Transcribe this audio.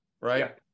right